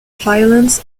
violence